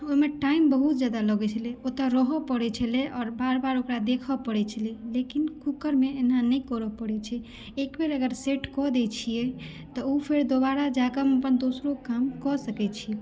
ओहिमे टाइम बहुत जादा लागै छलै ओतऽ रहऽ पड़ै छलै आओर बार बार ओकरा देखऽ पड़ै छलै लेकिन कुकर मे एना नहि करऽ पड़ै छै एक बेर अगर सेट कऽ दै छियै तऽ ओ फेर दोबारा जाकऽ हम अपन दोसरो काम कऽ सकै छी